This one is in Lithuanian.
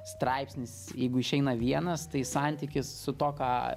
straipsnis jeigu išeina vienas tai santykis su tuo ką